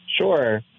Sure